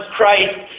Christ